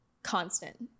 constant